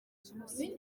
jenoside